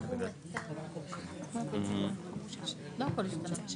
תקבלי אבל תצטרכי גם תשובות מהתקופה